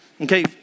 Okay